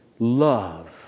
Love